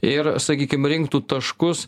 ir sakykim rinktų taškus